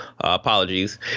Apologies